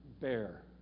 bear